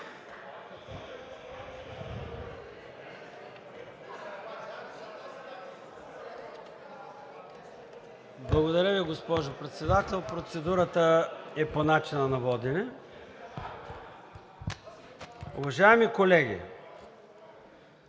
Благодаря Ви, госпожо Председател. Процедурата е по начина на водене. Уважаеми колеги,